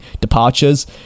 departures